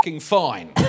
Fine